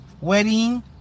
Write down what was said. wedding